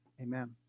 Amen